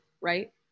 right